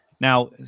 Now